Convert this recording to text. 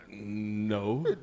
no